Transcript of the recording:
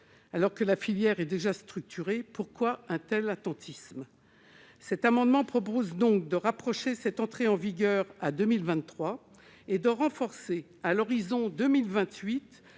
alors que la filière est déjà structurés pourquoi un telle attentisme cet amendement propose donc de rapprocher cette entrée en vigueur à 2023 et de renforcer, à l'horizon 2028